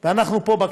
אנחנו פה,